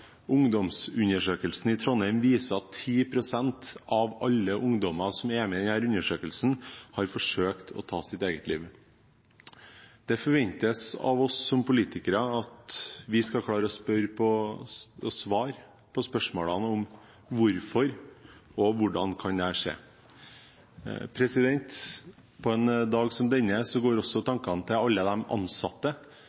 Ungdomsundersøkelsen i Trondheim viser at 10 pst. av alle ungdommer som er med i denne undersøkelsen, har forsøkt å ta sitt eget liv. Det forventes av oss som politikere at vi skal klare å svare på spørsmålene om hvorfor og hvordan dette kan skje. På en dag som denne går også